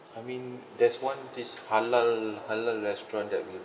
I mean there's one this halal halal restaurant that we